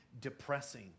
depressing